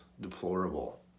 deplorable